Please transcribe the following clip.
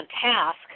task